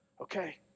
okay